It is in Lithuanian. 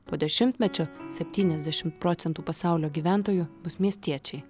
po dešimtmečio septyniasdešimt procentų pasaulio gyventojų bus miestiečiai